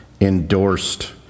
endorsed